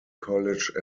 college